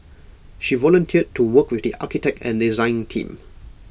she volunteered to work with the architect and design team